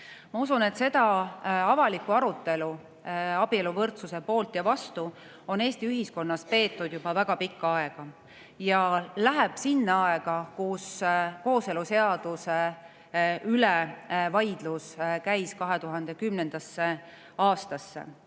Ma usun, et avalikku arutelu abieluvõrdsuse poolt ja vastu on Eesti ühiskonnas peetud juba väga pikka aega ja see [ulatub] sinna aega, kui kooseluseaduse üle vaidlus käis, 2010. aastasse.